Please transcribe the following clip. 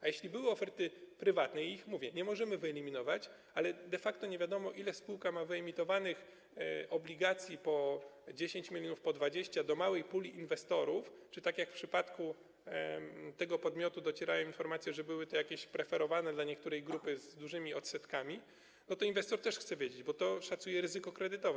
A jeśli były oferty prywatne - a ich, mówię, nie możemy wyeliminować - ale de facto nie wiadomo, ile spółka ma wyemitowanych obligacji, po 10 mln, po 20, dla małej puli inwestorów, czy tak jak w przypadku tego podmiotu docierają informacje, że były to jakieś preferowane obligacje dla danej grupy, z dużymi odsetkami, to inwestor też chce wiedzieć, bo to szacuje ryzyko kredytowe.